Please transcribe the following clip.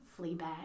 Fleabag